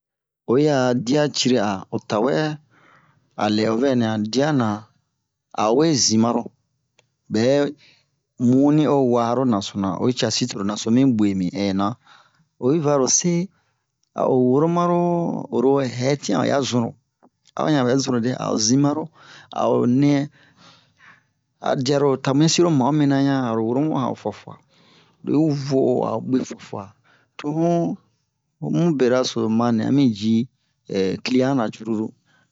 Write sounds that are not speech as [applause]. oyi a diya ciri'a o tawɛ o tawɛ a lɛ o vɛ nɛ han diya na a o we zin maro a o we ɓɛ munni o wa la nasona oyi casi torl naso mi buwe min ɛna oyi va-ro se a o woro maro naso oro hɛtin o ya zun-ro a o ɲan ɓɛ zun-ro [hesitation] a o zin maro a o nɛ a o diya-ro ta a muyɛsin lo ma'o mina ɲan aro woro mu han'o fuwa-fuwa lo yi vo'o a o ɓwe fuwa-fuwa to mu ho mu beraso ma nɛ a mi ji [hesitation] kiliyan-nan curulu